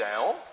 down